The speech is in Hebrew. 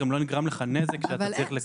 גם לא נגרם לך נזק שאתה צריך לקבל תשלום.